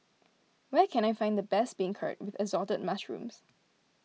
where can I find the best Beancurd with Assorted Mushrooms